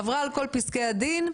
היא עברה על כל פסקי הדין.